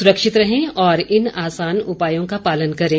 सुरक्षित रहें और इन आसान उपायों का पालन करें